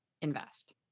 invest